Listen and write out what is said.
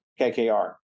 KKR